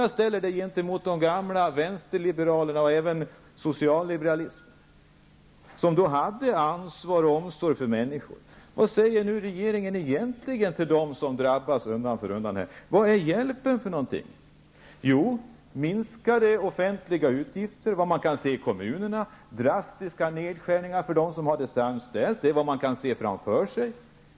Jag ställer detta emot de gamla vänsterliberalerna, och även socialliberalismen, som hade ansvar och omsorg för människor. Vad säger nu regeringen egentligen till dem som drabbas? Vilken hjälp får de? Jo, minskade offentliga utgifter i kommunerna och drastiska nedskärningar för dem som har det sämst ställt. Det är vad man kan se framför sig.